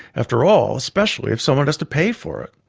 after all, especially if someone has to pay for it?